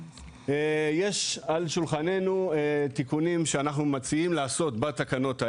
יש על שולחנו תיקונים שאנחנו מציעים לעשות בתקנות האלה.